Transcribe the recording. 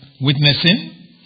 witnessing